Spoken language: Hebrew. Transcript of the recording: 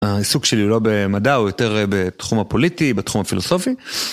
העיסוק שלי לא במדע, הוא יותר בתחום הפוליטי, בתחום הפילוסופי.